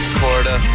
Florida